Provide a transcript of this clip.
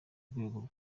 rwego